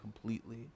completely